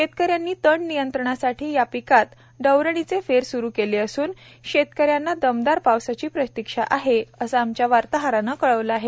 शेतकऱ्यांनी तण नियंत्रणासाठी या पिकात डवरणीचे फेर स्रु केले असून शेतकऱ्यांना दमदार पावसाची प्रतिक्षा आहे असे आमच्या वार्ताहराने कळवले आहे